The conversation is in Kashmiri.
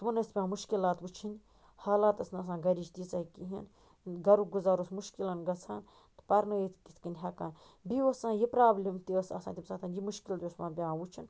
تِمن ٲسۍ پٮ۪وان مُشکِلات وٕچھنۍ حالات ٲسۍ نہٕ آسان گَرِچ تیٖژاہ کِہیٖنۍ گَرُک گُزان اوس مُشکِلن گَژھان تہٕ پَرنٲیِتھ کِتھ کٔنۍ ہیٚکان بیٚیہِ اوس آسان یہِ پرٛابلِم تہِ ٲس آسان تَمہِ ساتن یہِ مُشکِل تہِ اوس پیٚوان تٕمن وٕچھُن